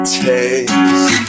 taste